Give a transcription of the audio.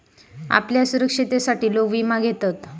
आपल्या सुरक्षिततेसाठी लोक विमा घेतत